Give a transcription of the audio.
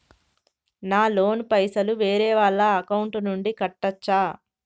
నా లోన్ పైసలు వేరే వాళ్ల అకౌంట్ నుండి కట్టచ్చా?